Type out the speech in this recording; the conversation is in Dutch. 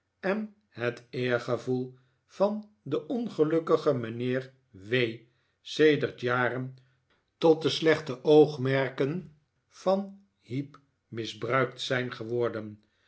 en het eergevoel van den ongelukkigen mijnheer w sedert jaren tot de slechte oogmerken van heep misbruikt zijn geworden